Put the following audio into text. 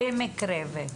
במקרה ו-.